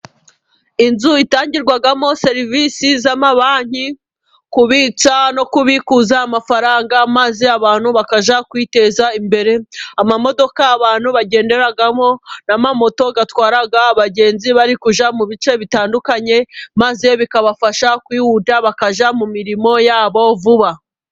Inzu itangirwamo serivisi z'amabanki kubitsa no kubikuza amafaranga, maze abantu bakajya kwiteza imbere. Amamodoka abantu bagenderamo n'amamoto atwara abagenzi bari kujya mu bice bitandukanye, maze bikabafasha kwihuta bakajya mu mirimo yabo vuba.